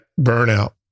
burnout